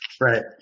Right